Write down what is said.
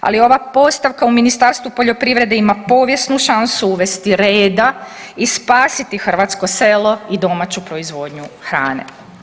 Ali ova postavka u Ministarstvu poljoprivrede ima povijesnu šansu uvesti reda i spasiti hrvatsko selo i domaću proizvodnju hrane.